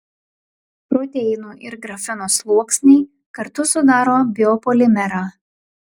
proteinų ir grafeno sluoksniai kartu sudaro biopolimerą